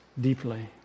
deeply